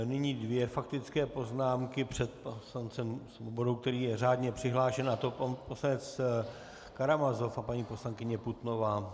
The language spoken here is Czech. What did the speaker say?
Nyní dvě faktické poznámky před panem poslancem Svobodou, který je řádně přihlášen, a to pan poslanec Karamazov a paní poslankyně Putnová.